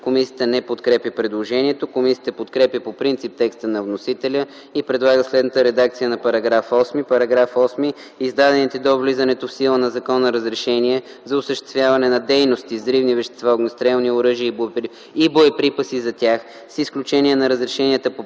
Комисията не подкрепя предложението. Комисията подкрепя по принцип текста на вносителя и предлага следната редакция на § 8: „§ 8. Издадените до влизането в сила на закона разрешения за осъществяване на дейности с взривни вещества, огнестрелни оръжия и боеприпаси за тях, с изключение на разрешенията по §